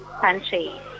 country